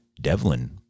Devlin